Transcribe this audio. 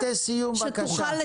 משפטי סיום בבקשה.